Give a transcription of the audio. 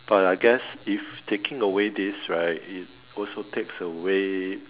but I guess if taking away this right it also takes away